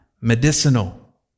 medicinal